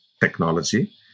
technology